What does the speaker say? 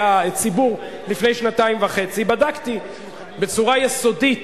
הציבור לפני שנתיים וחצי בדקתי בצורה יסודית